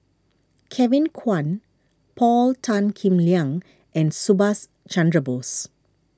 Kevin Kwan Paul Tan Kim Liang and Subhas Chandra Bose